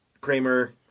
Kramer